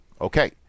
Okay